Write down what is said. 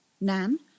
Nan